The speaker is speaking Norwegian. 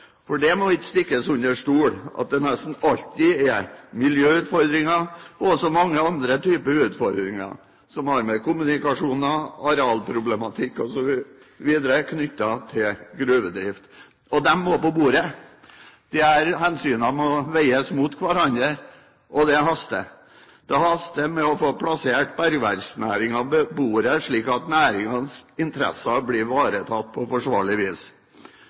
For det må ikke stikkes under stol at det nesten alltid er miljøutfordringer og også mange andre typer utfordringer, som kommunikasjoner, arealpolitikk osv. knyttet til gruvedrift. Og de må på bordet. Disse hensynene må veies mot hverandre, og det haster. Det haster med å få plassert bergverksnæringen ved bordet, slik at næringens interesser blir ivaretatt på forsvarlig vis.